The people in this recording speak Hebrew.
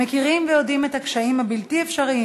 מכירים ויודעים את הקשיים הבלתי-אפשריים